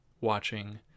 watching